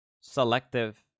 selective